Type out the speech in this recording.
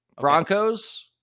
Broncos